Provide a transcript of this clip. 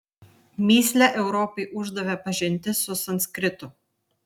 mįslę europai uždavė pažintis su sanskritu